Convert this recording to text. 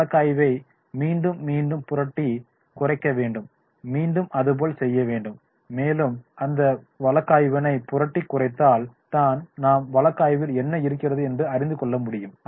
வழக்காய்வை மீண்டும் மீண்டும் புரட்டி குறைக்க வேண்டும் மீண்டும் அதுபோல் செய்ய வேண்டும் மேலும் அந்த வளகாய்வணை புரட்டி குறைத்தால் தான் நாம் வழக்காய்வில் என்ன இருக்கிறது என்று அறிந்து கொள்ள முடியும்